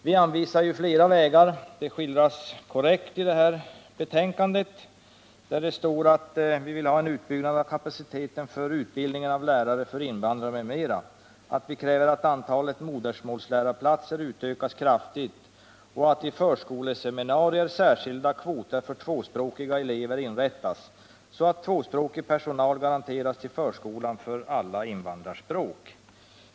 Vi anvisar i motionerna flera vägar, som skildras korrekt i betänkandet, där det sägs att vi vill ha ”en utbyggnad av kapaciteten för utbildningen av lärare för invandrare m.m.” Det redovisas vidare att vi i motionen 1073 kräver att antalet ”modersmålslärarplatser” utökas kraftigt och att i ”förskoleseminarier” särskilda kvoter för tvåspråkiga elever inrättas, så att tvåspråkig personal garanteras till förskolan för alla invandrarspråk.